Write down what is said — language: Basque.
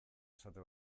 esate